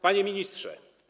Panie Ministrze!